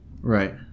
Right